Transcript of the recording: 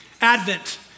Advent